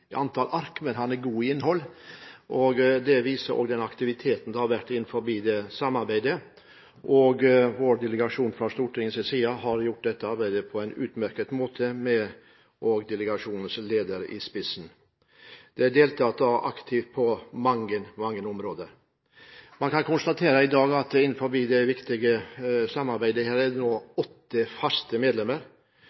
Det viser også den aktiviteten som har vært innen dette samarbeidet, og fra Stortingets side har vår delegasjon gjort dette arbeidet på en utmerket måte, med delegasjonens leder i spissen. Det er deltatt aktivt på mange områder. Man kan konstatere at det innenfor dette viktige samarbeidet i dag er åtte faste medlemmer, og at det siden opprettelsen av Arktisk råd i 1996 har vært seks faste observatører. Det